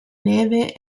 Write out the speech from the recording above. neve